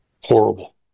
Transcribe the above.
Horrible